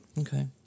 Okay